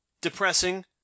depressing